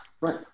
right